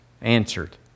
answered